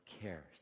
cares